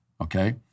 okay